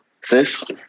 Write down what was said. Sis